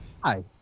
Hi